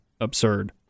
absurd